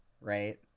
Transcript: right